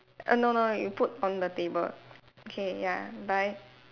err no no you put on the table okay ya bye